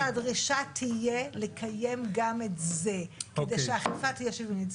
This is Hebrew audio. אני מציעה שהדרישה תהיה לקיים גם את זה כדי שהאכיפה תהיה שוויונית.